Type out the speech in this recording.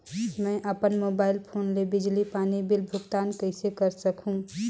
मैं अपन mobile phone ले बिजली पानी बिल भुगतान कइसे कर सकहुं?